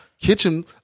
kitchen